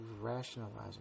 rationalizing